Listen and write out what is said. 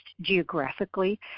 geographically